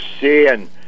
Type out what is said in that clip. seeing